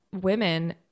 Women